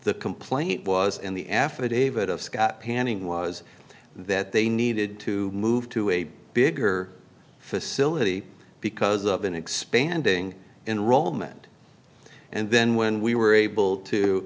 the complaint was in the affidavit of scott panning was that they needed to move to a bigger facility because of an expanding in rome and and then when we were able to